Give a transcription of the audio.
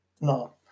No